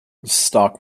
stock